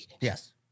Yes